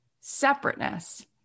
separateness